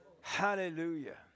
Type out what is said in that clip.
hallelujah